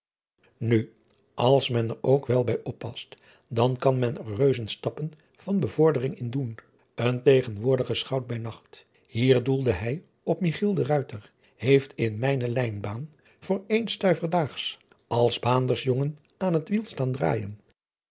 u als men er ook wel bij oppast dan kan men er reuzenstappen van bevordering in doen en tegenwoordige chout bij acht hier doelde hij op heeft in mijne lijnbaan voor één stuiver daags als baanders jongen aan het wiel staan draaijen